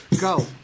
Go